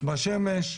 בשמש,